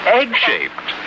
egg-shaped